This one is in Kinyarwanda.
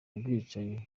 ubwicanyi